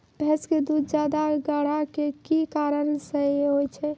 भैंस के दूध ज्यादा गाढ़ा के कि कारण से होय छै?